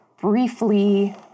briefly